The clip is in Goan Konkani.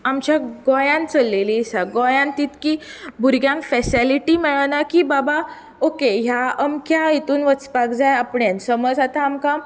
आमच्या गोंयांतन चल्लेली आसा गोंयात तितकी भुरग्यांक फॅसेलिटी मेळना की बाबा आं ओके ह्या अमक्या हेतूंत वचपाक जाय आपणेन समज आतां